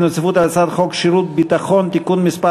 רציפות על הצעת חוק שירות ביטחון (תיקון מס'